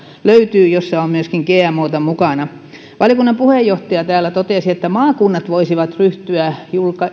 joissa on myöskin gmota mukana valiokunnan puheenjohtaja täällä totesi että maakunnat voisivat ryhtyä